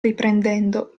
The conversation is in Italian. riprendendo